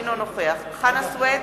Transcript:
אינו נוכח חנא סוייד,